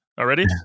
already